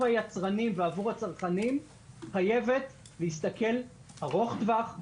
היצרנים ועבור הצרכנים חייבת להסתכל ארוך טווח,